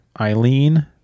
Eileen